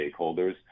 stakeholders